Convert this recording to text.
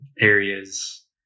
areas